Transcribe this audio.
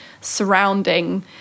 surrounding